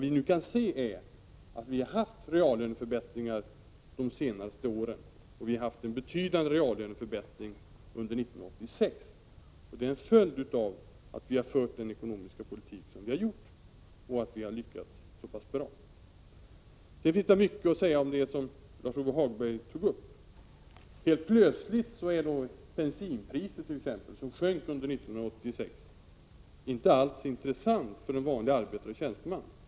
Vi kan nu se att vi har fått reallöneförbättringar de senaste åren, och vi har haft en betydande reallöneförbättring under 1986. Det är en följd av den ekonomiska politik vi har fört och att vi har lyckats så pass bra med den. Det finns mycket man kan säga om det som Lars-Ove Hagberg tog upp. Helt plötsligt är t.ex. bensinpriset, som sjönk under 1986, inte alls intressant för vanliga arbetare och tjänstemän.